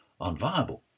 unviable